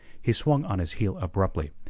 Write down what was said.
he swung on his heel abruptly,